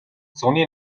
зуны